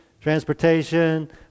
transportation